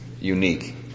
unique